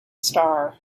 star